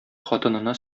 хатынына